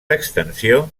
extensió